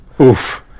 Oof